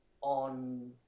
on